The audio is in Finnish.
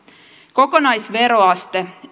kokonaisveroaste ei